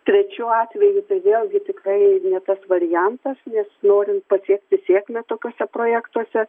trečiu atveju tai vėlgi tikrai ne tas variantas nes norin pasiekti sėkmę tokiuose projektuose